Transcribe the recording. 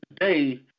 today